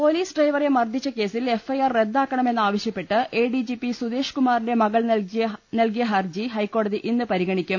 police ഡ്രൈവറെ മർദ്ദിച്ച കേസിൽ എഫ്ഐആർ റദ്ദാക്ക ണമെന്ന് ആവശ്യപ്പെട്ട് എഡിജിപി സുദേഷ്കുമാറിന്റെ മകൾ നൽകിയ ഹർജി ഹൈക്കോടതി ഇന്ന് പരിഗണിക്കും